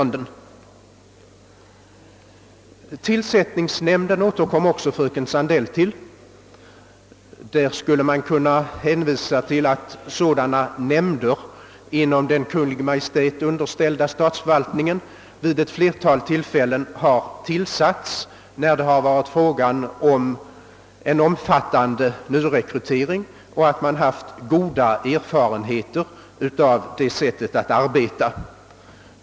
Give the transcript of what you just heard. Beträffande frågan om en tillsättningsnämnd, som fröken Sandell också återkom till, skulle man kunna hänvisa till att sådana nämnder vid ett flertal tillfällen tillsatts inom den Kungl. Maj:t underställda statsförvaltningen, när det har varit fråga om en omfattande nyrekrytering, och att man haft goda erfarenheter av det sättet att arbeta.